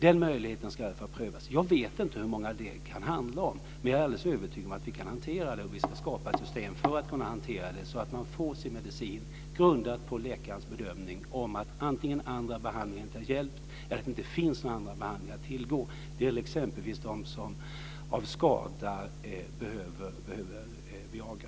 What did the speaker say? Den möjligheten ska i alla fall prövas. Jag vet inte hur många det kan handla om men jag är alldeles övertygad om att vi kan hantera detta. Vi ska skapa ett system för att kunna hantera det här så att man får sin medicin, grundat på läkarens bedömning att antingen annan behandling inte har hjälpt eller att det inte finns annan behandling att tillgå. Det gäller exempelvis dem som till följd av skada behöver Viagra.